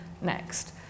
next